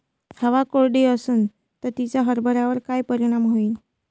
हवा कोरडी अशीन त तिचा हरभऱ्यावर काय परिणाम होईन?